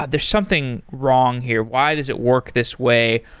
there's something wrong here. why does it work this way?